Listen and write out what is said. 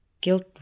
Guilt